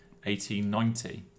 1890